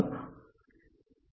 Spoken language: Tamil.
எனவே டி